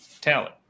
talent